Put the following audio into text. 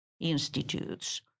institutes